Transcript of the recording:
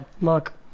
mark